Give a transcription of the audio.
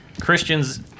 Christians